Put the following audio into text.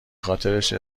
خاطرش